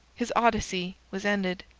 his odyssey was ended.